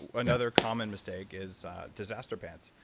another common mistake is disaster pants.